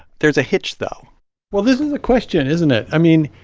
there's a hitch, though well, this is the question, isn't it? i mean,